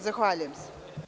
Zahvaljujem se.